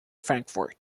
frankfort